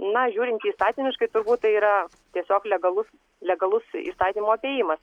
na žiūrint įstatymiškai turbūt tai yra tiesiog legalus legalus įstatymo apėjimas